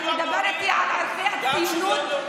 אתה מדבר איתי על ערכי הציונות.